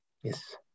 Yes